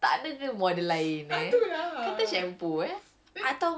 orh macam